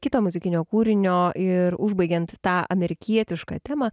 kito muzikinio kūrinio ir užbaigiant tą amerikietišką temą